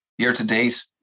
Year-to-date